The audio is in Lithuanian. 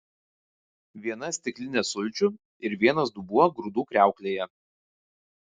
viena stiklinė sulčių ir vienas dubuo grūdų kriauklėje